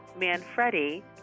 manfredi